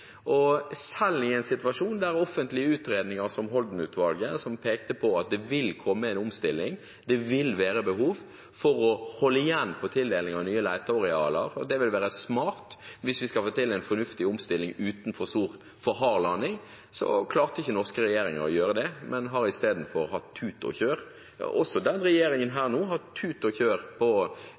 Og selv i en situasjon der offentlige utredninger som Holden-utvalget, som pekte på at det vil komme en omstilling, at det vil være behov for å holde igjen på tildeling av nye letearealer, at det vil være smart hvis vi skal få til en fornuftig omstilling uten en for hard landing, så klarte ikke den norske regjeringen å gjøre det, men har i stedet hatt tut og kjør. Også denne regjeringen her har hatt tut og kjør på